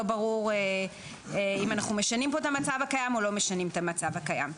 ברור אם אנחנו משנים פה את המצב הקיים או לא משנים את המצב הקיים.